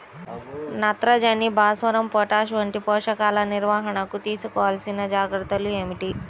నత్రజని, భాస్వరం, పొటాష్ వంటి పోషకాల నిర్వహణకు తీసుకోవలసిన జాగ్రత్తలు ఏమిటీ?